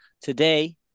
today